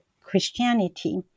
Christianity